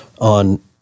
on